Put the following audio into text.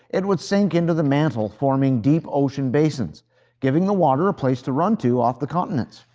it would sink into the mantle, forming deep ocean basins giving the water a place to run to off the continents.